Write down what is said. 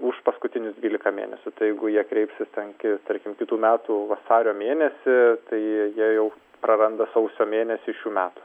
už paskutinius dvylika mėnesių tai jeigu jie kreipsis ten ki tarkim kitų metų vasario mėnesį tai jie jau praranda sausio mėnesį šių metų